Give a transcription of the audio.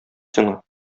сиңа